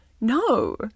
No